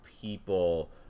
people